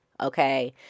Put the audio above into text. Okay